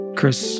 Chris